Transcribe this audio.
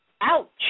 Ouch